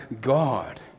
God